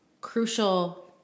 crucial